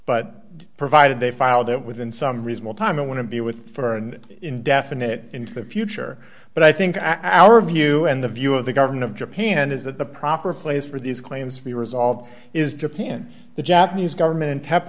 but provided they filed it within some reasonable time i want to be with for an indefinite into the future but i think i our view and the view of the government of japan is that the proper place for these claims to be resolved is japan the japanese government and